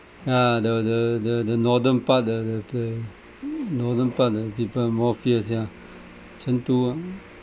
ya the the the the northern part the the the northern part the people more fierce yeah chengdu ah